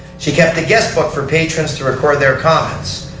she kept a guest book for patrons to refer their comments.